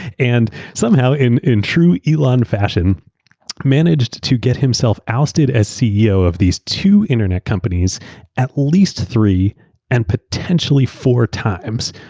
and somehow in in true elon fashion managed to get himself ousted as ceo of these two internet companies at least three and potentially four times,